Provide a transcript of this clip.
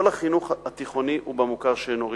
כל החינוך התיכוני הוא במוכר שאינו רשמי.